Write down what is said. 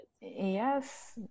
Yes